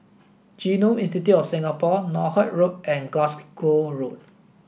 Genome Institute of Singapore Northolt Road and Glasgow Road